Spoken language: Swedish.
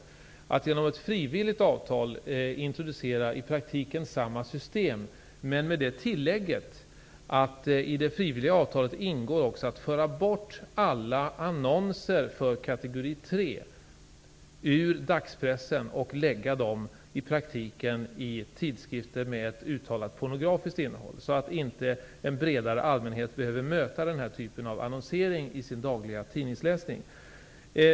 Den innebär att man genom ett frivilligt avtal introducerar i praktiken samma system, men med det tillägget att det i det frivilliga avtalet ingår att föra bort alla annonser för kategori 3-tjänster ur dagspressen och lägga dem i tidsskrifter med uttalat pornografiskt innehåll, så att inte en bredare allmänhet behöver möta den typen av annonsering i sin dagliga tidningsläsning.